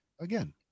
again